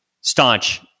staunch